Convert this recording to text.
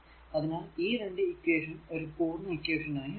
അതിനാൽ ഈ 2 ഇക്വേഷൻ ഒരു പൂർണ ഇക്വേഷൻ ആയി എഴുതുന്നു